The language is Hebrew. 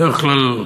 בדרך כלל,